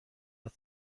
حدس